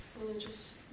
religious